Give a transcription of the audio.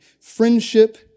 friendship